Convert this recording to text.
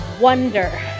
wonder